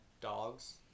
dogs